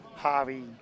Harvey